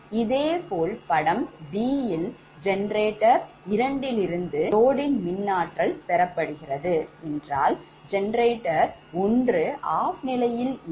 இதேபோல் படம் b ல் ஜெனரேட்டர் இரண்டிலிருந்து loadயின் மின்ஆற்றல் பெறப்படுகிறது என்றால் ஜெனரேட்டர் 1 OFF நிலையில் இருக்கும்